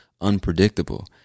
unpredictable